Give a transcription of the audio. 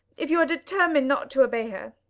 if you are determined not to obey her,